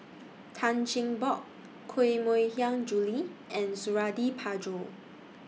Tan Cheng Bock Koh Mui Hiang Julie and Suradi Parjo